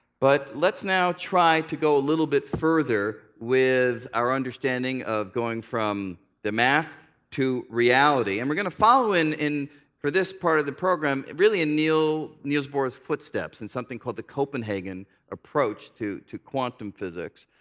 but let's now try to go a little bit further with our understanding of going from the math to reality. and we're going to follow in, for this part of the program, really in niels niels bohr's footsteps, in something called the copenhagen approach to to quantum physics.